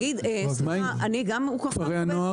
סליחה, אני אוכל לדבר?